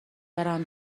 برم